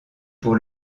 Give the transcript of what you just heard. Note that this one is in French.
pour